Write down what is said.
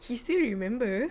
he still remember